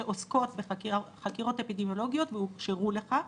שעוסקות בחקירות אפידמיולוגיות והוכשרו לכך.